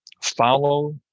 follow